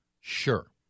sure